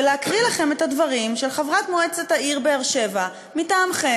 ולהקריא לכם את הדברים של חברת מועצת העיר באר-שבע מטעמכם,